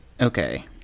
Okay